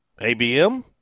ABM